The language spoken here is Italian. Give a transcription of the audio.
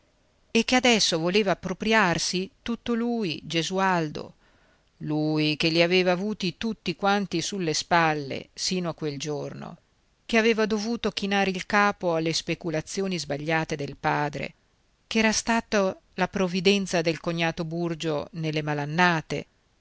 e che adesso voleva appropriarsi tutto lui gesualdo lui che li aveva avuti tutti quanti sulle spalle sino a quel giorno che aveva dovuto chinare il capo alle speculazioni sbagliate del padre ch'era stato la provvidenza del cognato burgio nelle malannate